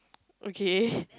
okay